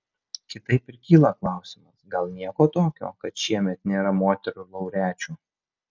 kitaip ir kyla klausimas gal nieko tokio kad šiemet nėra moterų laureačių